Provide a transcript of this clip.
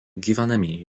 gyvenamieji